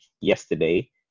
yesterday